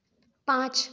पाँच